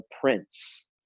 prince